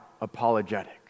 apologetic